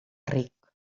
ric